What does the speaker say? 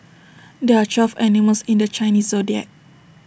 there are twelve animals in the Chinese Zodiac